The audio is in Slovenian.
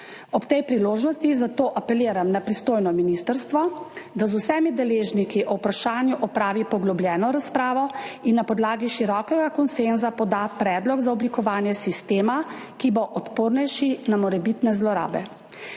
Ob tej priložnosti zato apeliram na pristojno ministrstvo, da z vsemi deležniki o vprašanju opravi poglobljeno razpravo in na podlagi širokega konsenza poda predlog za oblikovanje sistema, ki bo odpornejši na morebitne zlorabe,